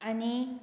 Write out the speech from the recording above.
आनी